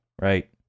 Right